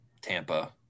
Tampa